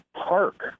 park